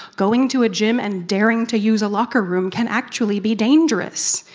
going to a gym and daring to use a locker room can actually be dangerous.